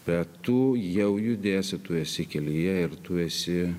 bet tu jau judėsi tu esi kelyje ir tu esi